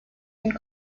and